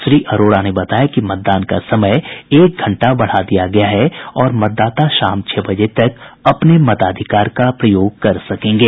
श्री अरोड़ा ने बताया कि मतदान का समय एक घंटा बढ़ा दिया गया है और मतदाता शाम छह बजे तक अपने मताधिकार का उपयोग कर सकेंगे